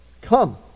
Come